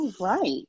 right